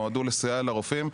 נועדו לסייע לרופאים,